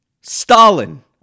Stalin